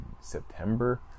September